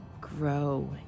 grow